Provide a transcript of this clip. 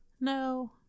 No